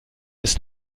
ist